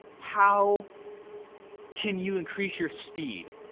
how can you increase your speed?